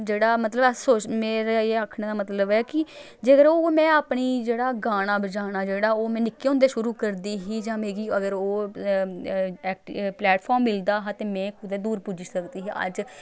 जेह्ड़ा मतलब अस सोचने मेरे एह् आखने दा मतलब ऐ कि जेकर में अपनी जेह्ड़ा गाना बजाना जेह्ड़ा ओह् में निक्के होंदे शुरू करदी ही जां मिगी अगर ओह् प्लैटफार्म मिलदा हा ते में कुदै दूर पुज्जी सकदी ही अज्ज